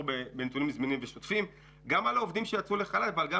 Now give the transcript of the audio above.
בנתונים זמינים ושוטפים גם על העובדים שיצאו לחל"ת אבל גם